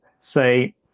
say